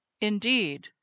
indeed